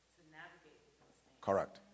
Correct